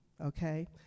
okay